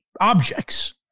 objects